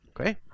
okay